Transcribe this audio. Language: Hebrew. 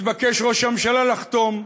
התבקש ראש הממשלה לחתום,